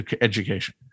education